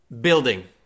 building